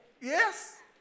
Yes